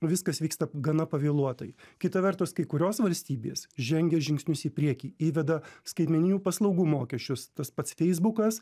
viskas vyksta gana pavėluotai kita vertus kai kurios valstybės žengia žingsnius į priekį įveda skaitmeninių paslaugų mokesčius tas pats feisbukas